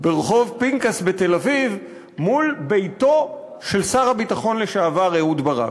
ברחוב פנקס בתל-אביב מול ביתו של שר הביטחון לשעבר אהוד ברק.